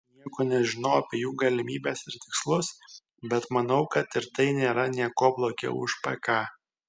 nieko nežinau apie jų galimybes ir tikslus bet manau kad ir tai nėra niekuo blogiau už pk